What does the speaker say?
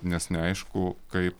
nes neaišku kaip